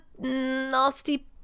nasty